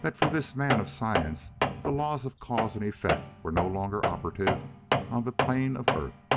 that for this man of science the laws of cause and effect were no longer operative on the plane of earth.